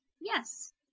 Yes